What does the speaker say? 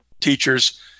teachers